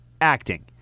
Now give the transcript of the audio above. acting